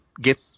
get